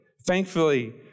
thankfully